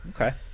Okay